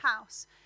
house